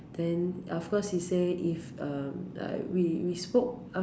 then of course he say if uh I we we spoke